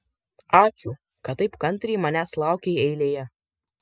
ačiū kad taip kantriai manęs laukei eilėje